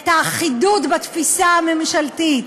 את האחידות בתפיסה הממשלתית.